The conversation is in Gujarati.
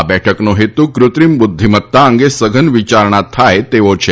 આ બેઠકનો હેતુ કૃત્રિમ બુધ્ધિમત્તા અંગે સધન વિચારણા થાય તેવો છે